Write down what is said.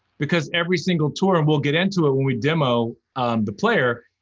because every single tour, we'll get into it when we demo the player,